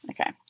Okay